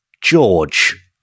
George